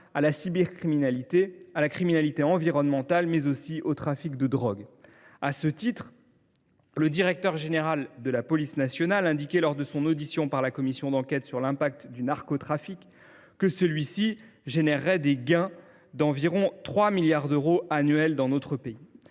à la cybercriminalité, à la criminalité environnementale, mais aussi au trafic de drogue. À cet égard, le directeur général de la police nationale indiquait lors de son audition par la commission d’enquête sur l’impact du narcotrafic que celui ci générerait des gains d’environ 3 milliards d’euros annuels dans notre pays.